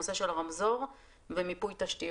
הוא יתייחס בהמשך לנושא של הרמזורים ומיפוי תשתיות.